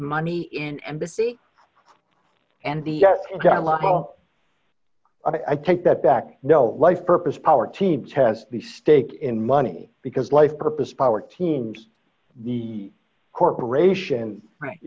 money in embassy and the i take that back no life purpose power team test the stake in money because life purpose power teams the corporation right